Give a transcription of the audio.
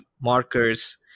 markers